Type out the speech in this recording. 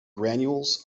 granules